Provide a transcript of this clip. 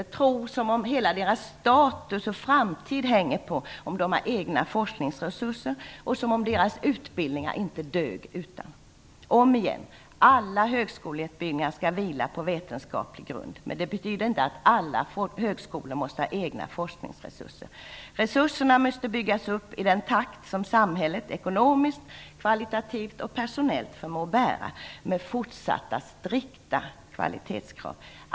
Det verkar som om hela deras status och framtid hänger på om de har egna forskningsresurser och som deras utbildningar inte dög utan sådana. Om igen: All högskoleutbyggnad skall vila på vetenskaplig grund, men det betyder inte att alla högskolor måste ha egna forskningsresurser. Resurserna måste byggas upp i den takt som samhället ekonomiskt, kvalitativt och personellt förmår upprätthålla med fortsatta strikta kvalitetskrav.